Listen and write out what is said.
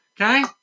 Okay